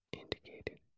indicated